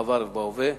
בעבר ובהווה,